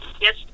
Yes